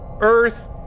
Earth